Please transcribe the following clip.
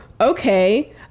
okay